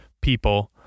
people